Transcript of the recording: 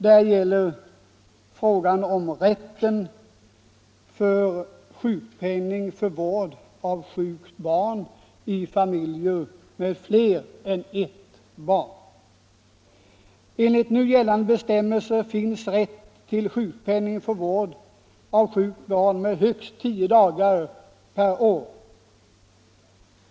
Där gäller det frågan om rätten till sjukpenning för vård av sjukt barn i familjer med fler än ett barn. Enligt nu gällande bestämmelser föreligger rätt till sjukpenning för vård av sjukt barn under högst tio dagar per år.